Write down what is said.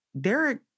Derek